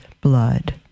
blood